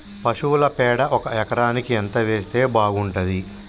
పశువుల పేడ ఒక ఎకరానికి ఎంత వేస్తే బాగుంటది?